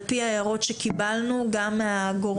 על פי ההערות שקיבלנו גם מהגורמים השונים